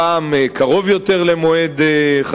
פעם קרוב יותר למועד הפיגוע,